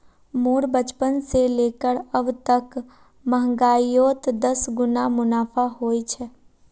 मोर बचपन से लेकर अब तक महंगाईयोत दस गुना मुनाफा होए छे